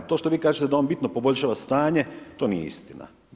To što vi kažete da on bitno poboljšava stanje, to nije istina.